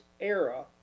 era